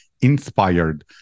inspired